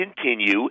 continue